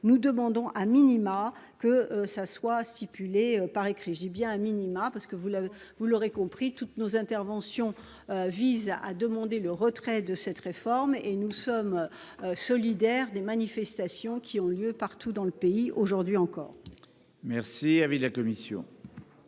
nous demandons que ce refus soit motivé par écrit. Je dis bien, car vous l'aurez compris, toutes nos interventions visent à demander le retrait de cette réforme. À cet égard, nous sommes solidaires des manifestations qui ont lieu partout dans le pays, aujourd'hui encore. Quel est l'avis de la commission